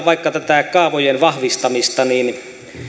vaikka tätä kaavojen vahvistamista niin